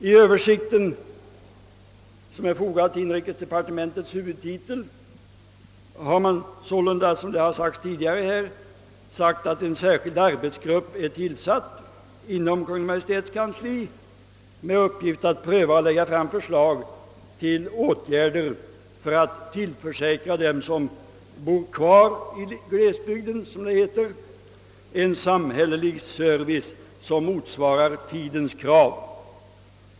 I den översikt som finns fogad till huvudtiteln anges — som tidigare framhållits — att en arbetsgrupp tillsatts inom Kungl. Maj:ts kansli med uppgift att pröva och lägga fram förslag till åtgärder för att tillförsäkra dem som bor kvar i glesbygden samhällelig service som motsvarar tidens krav.